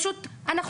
אנחנו פשוט נקרוס,